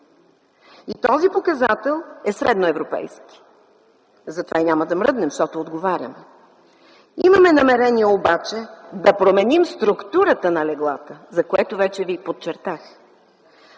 Този показател е средноевропейски – затова и няма да мръдне, защото отговаряме. Имаме намерение обаче да променим структурата на леглата, за което вече ви подчертах.